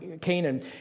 Canaan